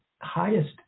highest